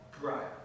Right